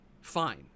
Fine